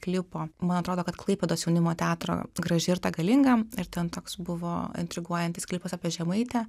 klipo man atrodo kad klaipėdos jaunimo teatro graži ir ta galinga ir ten toks buvo intriguojantis klipas apie žemaitę